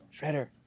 Shredder